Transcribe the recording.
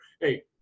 Hey